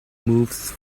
moves